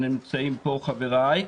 נמצאים פה חבריי,